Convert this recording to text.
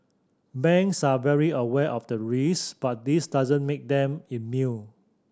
banks are very aware of the risks but this doesn't make them immune